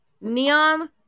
Neon